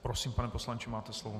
Prosím, pane poslanče, máte slovo.